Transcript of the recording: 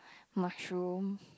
mushroom